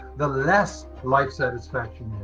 the less life satisfaction.